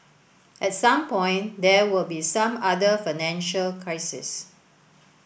at some point there will be some other financial crises